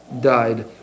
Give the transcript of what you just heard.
died